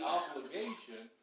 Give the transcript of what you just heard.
obligation